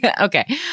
okay